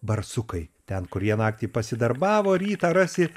barsukai ten kur jie naktį pasidarbavo rytą rasi